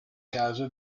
case